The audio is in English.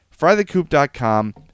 Frythecoop.com